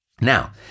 Now